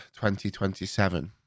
2027